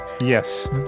Yes